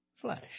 flesh